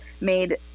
made